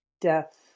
death